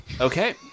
Okay